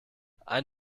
ein